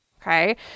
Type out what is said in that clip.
Okay